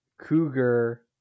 Cougar